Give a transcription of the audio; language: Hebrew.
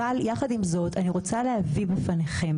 אבל יחד עם זאת אני רוצה להביא בפניכם,